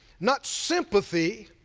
not sympathy,